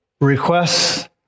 requests